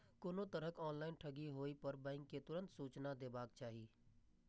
कोनो तरहक ऑनलाइन ठगी होय पर बैंक कें तुरंत सूचना देबाक चाही